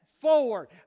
forward